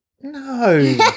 No